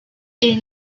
est